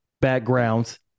backgrounds